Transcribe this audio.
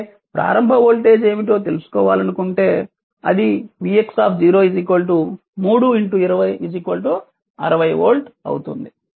అంటే ప్రారంభ వోల్టేజ్ ఏమిటో తెలుసుకోవాలనుకుంటే అది vx 3 20 60 వోల్ట్ అవుతుంది